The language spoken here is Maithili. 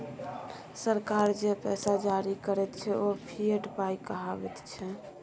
सरकार जे पैसा जारी करैत छै ओ फिएट पाय कहाबैत छै